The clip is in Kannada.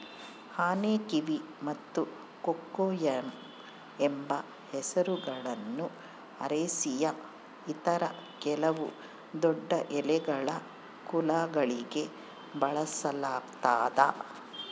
ಆನೆಕಿವಿ ಮತ್ತು ಕೊಕೊಯಮ್ ಎಂಬ ಹೆಸರುಗಳನ್ನು ಅರೇಸಿಯ ಇತರ ಕೆಲವು ದೊಡ್ಡಎಲೆಗಳ ಕುಲಗಳಿಗೆ ಬಳಸಲಾಗ್ತದ